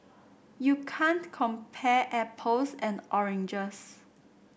you can't compare apples and oranges